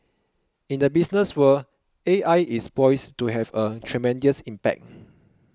in the business world A I is poised to have a tremendous impact